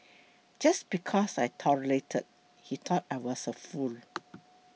just because I tolerated he thought I was a fool